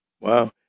Wow